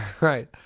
Right